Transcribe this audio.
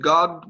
God